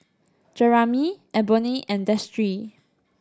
Jeramy Eboni and Destry